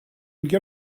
get